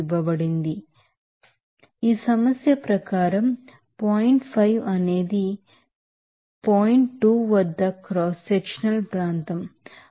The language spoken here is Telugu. అనేది 2 వ బిందువు వద్ద వేగం అంటే A2 into u2 వద్ద వాల్యూమెట్రిక్ ఫ్లో రేట్ నుమరియు A3 into u3 ని 3గామీకు ఇస్తుంది ఎందుకంటే ఈ వాల్యూమెట్రిక్ ఫ్లో రేటు స్థిరంగా ఉంటుంది కనుక మీరు ఈ సమీకరణాన్ని ఇక్కడ రాయవచ్చు